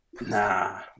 Nah